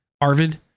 arvid